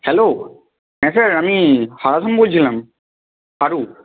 hello হ্যাঁ sir আমি হারাধন বলছিলাম হারু